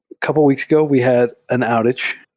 couple of weeks ago we had an outage.